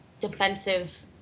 defensive